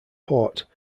port